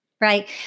right